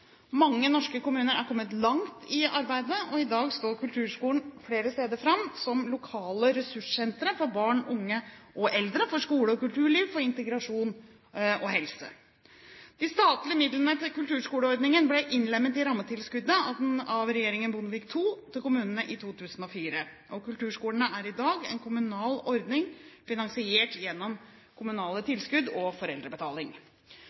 Mange norske kommuner er kommet langt i arbeidet, og i dag står kulturskolen flere steder fram som lokale ressurssentre for barn, unge og eldre, for skole og kulturliv, for integrasjon og helse. De statlige midlene til kulturskoleordningen ble innlemmet i rammetilskuddet til kommunene, av regjeringen Bondevik II, i 2004. Kulturskolen er i dag en kommunal ordning, finansiert gjennom kommunale